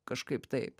kažkaip taip